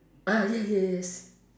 ah yeah yeah yes